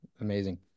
Amazing